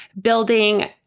building